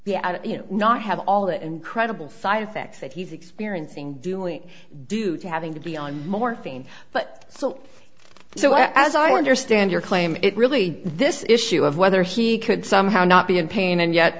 out you know not have all that incredible side effects that he's experiencing doing due to having to be on morphine but so so as i understand your claim it really this issue of whether he could somehow not be in pain and yet